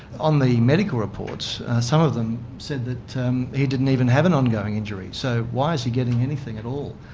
on the medical reports, some of them said that he didn't even have an ongoing injury. so why is he getting anything at all?